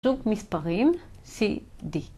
זוג מספרים, C,D.